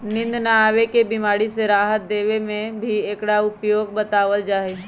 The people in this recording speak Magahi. नींद न आवे के बीमारी से राहत देवे में भी एकरा उपयोग बतलावल जाहई